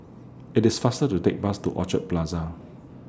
IT IS faster to Take Bus to Orchard Plaza